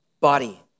body